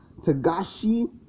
Tagashi